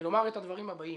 "מלומר את הדברים הבאים.